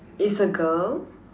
is a girl